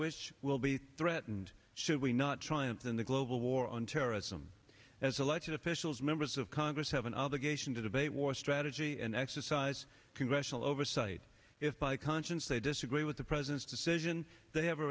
which will be threatened should we not triumph in the global war on terrorism as elected officials members of congress have an obligation to debate war strategy and exercise congressional oversight is by conscience they disagree with the president's decision they have a